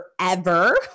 forever